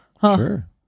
Sure